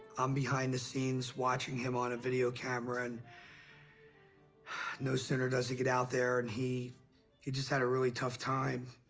i'm behind the scenes watching him on a video camera, and no sooner does he get out there and he he just had a really tough time.